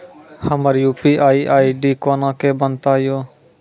हमर UPI ID कोना के बनत यो?